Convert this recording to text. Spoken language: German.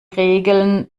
regeln